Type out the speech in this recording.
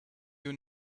you